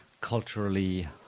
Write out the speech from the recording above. culturally